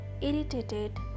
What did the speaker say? irritated